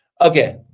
okay